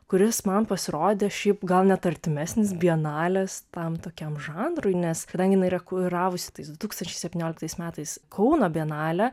kuris man pasirodė šiaip gal net artimesnis bienalės tam tokiam žanrui nes kadangi jinai yra kuravusi tais du tūkstančiai septynioliktais metais kauno bienalę